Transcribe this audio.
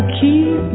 keep